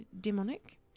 Demonic